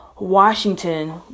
Washington